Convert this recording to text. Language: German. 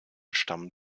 stammen